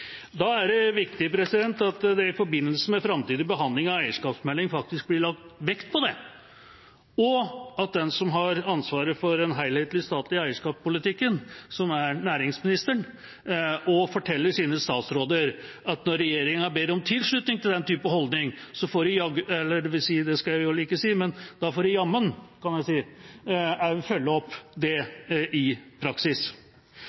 forbindelse med framtidig behandling av eierskapsmeldinga faktisk blir lagt vekt på det, og at den som har ansvaret for den helhetlige statlige eierskapspolitikken, som er næringsministeren, forteller sine statsråder at når regjeringa ber om tilslutning til den typen holdning, får de jammen følge det opp i praksis. Til slutt bare en kort kommentar. Saksordføreren var inne på Helse Sør-Øst og IKT-problemene. Om det fikk vi en redegjørelse den 14. februar. Jeg må si